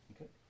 Okay